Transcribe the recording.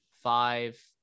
five